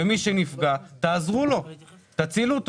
למי שנפגע תעזרו, את מי שנפגע תצילו.